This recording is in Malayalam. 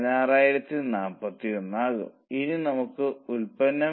അതിനാൽ നിങ്ങൾ ഈ 3 ന്റെ ആകെത്തുക എടുത്താൽ അത് 15